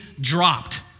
dropped